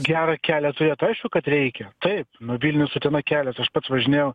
gerą kelią turėt aišku kad reikia taip nu vilnius utena kelias aš pats važinėjau